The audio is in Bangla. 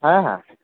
হ্যাঁ হ্যাঁ